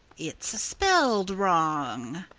it's spelled wrong,